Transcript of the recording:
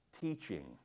teaching